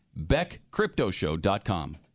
beckcryptoshow.com